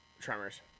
Tremors